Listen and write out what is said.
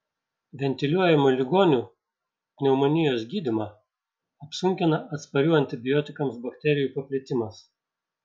ventiliuojamų ligonių pneumonijos gydymą apsunkina atsparių antibiotikams bakterijų paplitimas